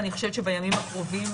אני חושבת שבימים הקרובים,